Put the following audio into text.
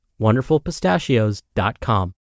wonderfulpistachios.com